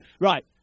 Right